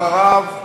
אחריו,